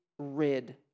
rid